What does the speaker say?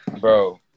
Bro